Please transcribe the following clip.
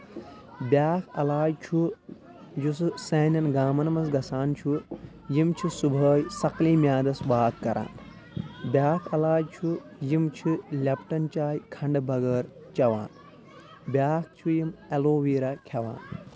بیاکھ عٮ۪لاج چھُ یُس سانؠن گامَن منٛز گژھان چھُ یِم چھِ صُبحٲے سکلے میٛادس باتھ کران بیاکھ عٮ۪لاج چھُ یِم چھِ لیپٹن چاے کھنٛڈٕ بغٲر چیٚوان بیاکھ چھُ یِم ایلویرا کھیٚوان